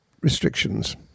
restrictions